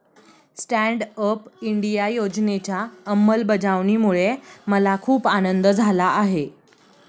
stand up India योजनेच्या अंमलबजावणीमुळे मला खूप आनंद झाला आहे